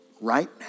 right